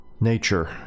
nature